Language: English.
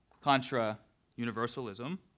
contra-universalism